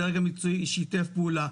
הדרג המקצועי שיתף פעולה,